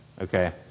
Okay